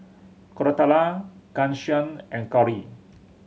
Koratala Ghanshyam and Gauri